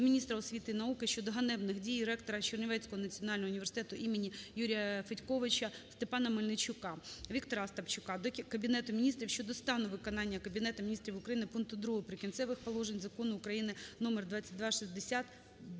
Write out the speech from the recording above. до міністра освіти і науки щодо ганебних дій ректора Чернівецького національного університету імені Юрія Федьковича Степана Мельничука. Віктора Остапчука до Кабінету Міністрів щодо стану виконання Кабінетом Міністрів України пункту 2 Прикінцевих положень Закону України №